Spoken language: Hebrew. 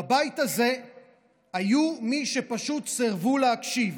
בבית הזה היו מי שפשוט סירבו להקשיב.